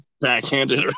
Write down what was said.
backhanded